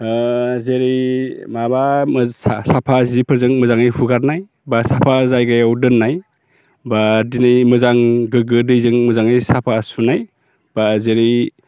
जेरै माबा साफा जिफोरजों मोजाङै हुगारनाय एबा साफा जायगायाव दोननाय एबा दिनै मोजां गोग्गो दैजों मोजाङै साफा सुनाय एबा जेरै